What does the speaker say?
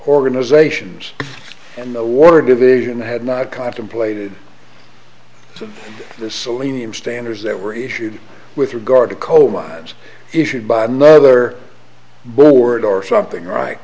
organizations and the war division had not contemplated the selenium standards that were issued with regard to coal mines issued by another board or something right